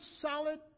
solid